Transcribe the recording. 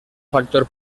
factor